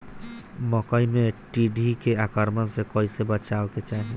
मकई मे टिड्डी के आक्रमण से कइसे बचावे के चाही?